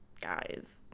guys